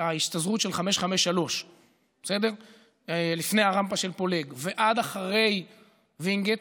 מההשתזרות של 553 לפני הרמפה של פולג ועד אחרי וינגייט,